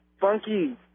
funky